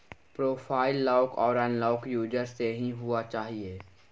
profile lock आर unlock user से ही हुआ चाहिए